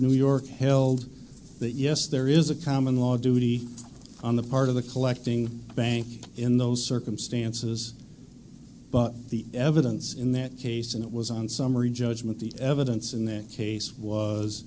new york held that yes there is a common law duty on the part of the collecting bank in those circumstances but the evidence in that case and it was on summary judgment the evidence in that case was